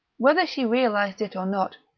whether she realised it or not,